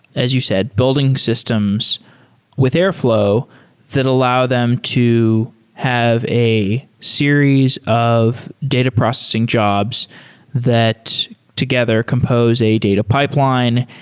as you said, building systems with airfl ow that allow them to have a series of data processing jobs that together compose a data pipeline.